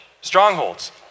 strongholds